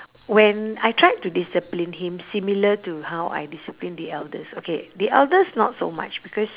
when I tried to discipline him similar to how I discipline the eldest okay the eldest not so much because